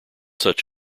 such